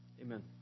Amen